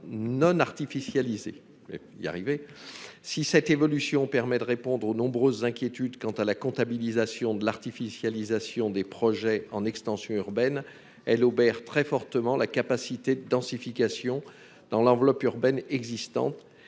non artificialisées. Si cette évolution permet de répondre aux nombreuses inquiétudes quant à la comptabilisation de l'artificialisation des projets en extension urbaine, elle obère très fortement la capacité de densification dans l'enveloppe urbaine existante